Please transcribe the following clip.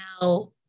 now